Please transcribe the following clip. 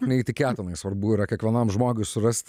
neįtikėtinai svarbu yra kiekvienam žmogui surast